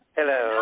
Hello